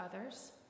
others